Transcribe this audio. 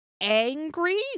angry